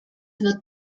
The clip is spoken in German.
wird